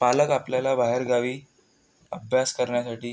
पालक आपल्याला बाहेरगावी अभ्यास करण्यासाठी